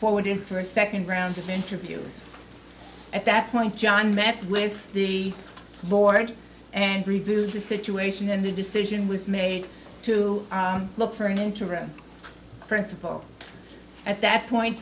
forward in for a second round of interviews at that point john met with the board and reviewed the situation and the decision was made to look for an interim principal at that point